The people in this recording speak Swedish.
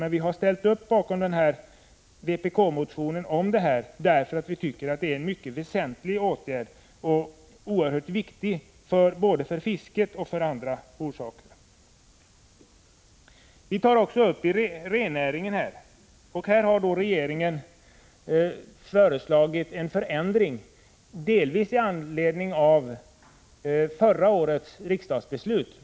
Nu har vi ställt oss bakom vpk-motionen i detta sammanhang därför att vi tycker att det är en mycket väsentlig åtgärd och oerhört viktig för bl.a. fisket. Vi har även tagit upp frågan om rennäringen. Här har regeringen föreslagit en förändring, delvis i anledning av förra årets riksdagsbeslut.